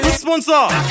sponsor